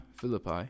philippi